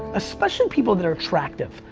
especially people that are attractive.